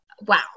wow